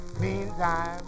Meantime